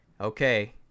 Okay